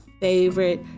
favorite